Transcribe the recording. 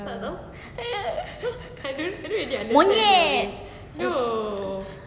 monyet